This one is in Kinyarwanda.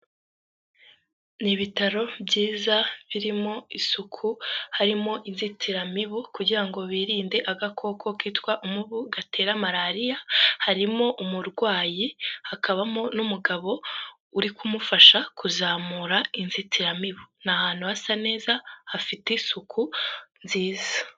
Ni bitaro byiza birimo isuku, harimo inzitiramibu kugira ngo birinde agakoko kitwa "Umubu" gatera Malariya. Harimo umurwayi, hakabamo n'umugabo uri kumufasha kuzamura inzitiramibu. Ni ahantu hasa neza hafite isuku nziza.